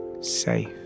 safe